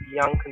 young